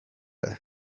ere